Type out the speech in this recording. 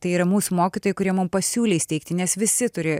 tai yra mūsų mokytojai kurie mum pasiūlė įsteigti nes visi turi